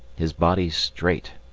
his body straight,